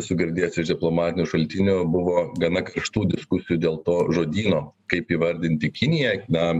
esu girdėjęs iš diplomatinių šaltinių buvo gana karštų diskusijų dėl to žodyno kaip įvardinti kiniją na